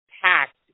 packed